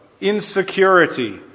insecurity